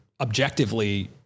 objectively